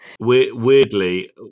Weirdly